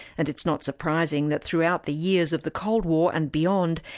and it's not surprising that throughout the years of the cold war and beyond,